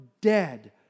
dead